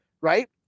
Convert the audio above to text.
right